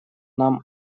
нам